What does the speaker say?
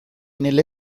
nelle